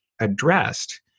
addressed